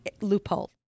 loophole